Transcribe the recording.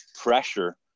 pressure